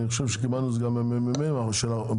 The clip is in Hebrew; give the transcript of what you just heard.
אני חושב שקיבלנו את זה גם מהממ"מ מהיזמים,